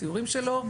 ציורים שלו,